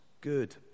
good